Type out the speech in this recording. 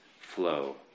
flow